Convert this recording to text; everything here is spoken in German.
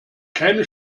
keine